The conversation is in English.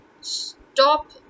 stop